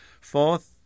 Fourth